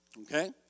Okay